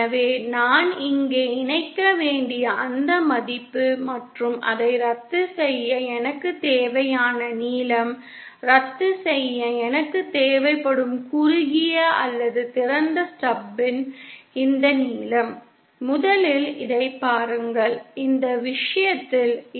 எனவே நான் இங்கே இணைக்க வேண்டிய அந்த மதிப்பு மற்றும் அதை ரத்து செய்ய எனக்குத் தேவையான நீளம் ரத்து செய்ய எனக்குத் தேவைப்படும் குறுகிய அல்லது திறந்த ஸ்டப்பின் இந்த நீளம் முதலில் இதைப் பாருங்கள் இந்த விஷயத்தில் இது J 1